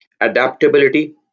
adaptability